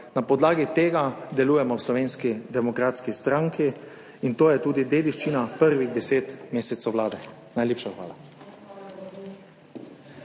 Na podlagi tega delujemo v Slovenski demokratski stranki in to je tudi dediščina prvih 10 mesecev vlade. Najlepša hvala.